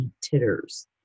titters